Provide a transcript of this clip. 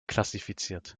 klassifiziert